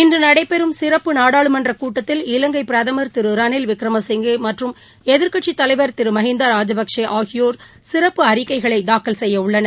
இன்று நடைபெறும் சிறப்பு நாடாளுமன்ற கூட்டத்தில் இலங்கை பிரதமர் திரு ரணில் விக்ரமசிங்கே மற்றும் எதிர்க்கட்சித் தலைவர் திரு மகிந்தா ராஜபக்சே ஆகியோர் சிறப்பு அறிக்கைகளை தாக்கல் செய்ய உள்ளனர்